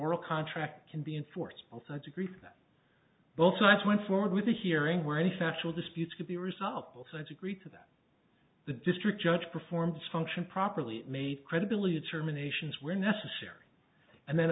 l contract can be enforced both sides agree that both sides went forward with a hearing where any factual disputes can be resolved both sides agree to that the district judge performs function properly made credibility determinations were necessary and then